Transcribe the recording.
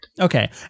Okay